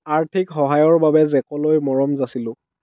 আৰ্থিক সহায়ৰ বাবে জেকলৈ মৰম যাছিলোঁ